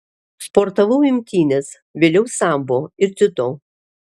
sportavau imtynes vėliau sambo ir dziudo